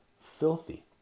filthy